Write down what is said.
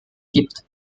gibt